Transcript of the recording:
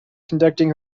conducting